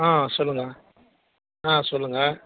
ஆ சொல்லுங்கள் ஆ சொல்லுங்கள்